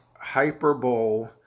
hyperbole